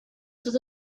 sus